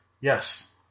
Yes